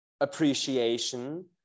appreciation